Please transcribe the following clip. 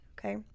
okay